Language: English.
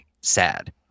sad